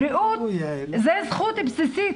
בריאות זו זכות בסיסית